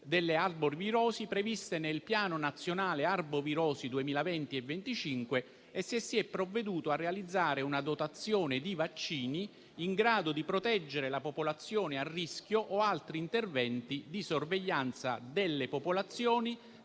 e risposta alle arbovirosi 2020-2025 e se si è provveduto a realizzare una dotazione di vaccini in grado di proteggere la popolazione a rischio o altri interventi di sorveglianza delle popolazioni